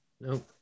no